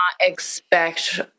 expect